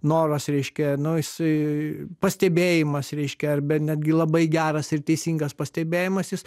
noras reiškia nu jisai pastebėjimas reiškia arba netgi labai geras ir teisingas pastebėjimas jis